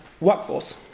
workforce